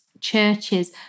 churches